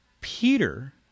Peter